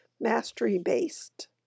mastery-based